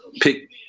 pick